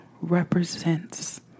represents